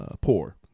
poor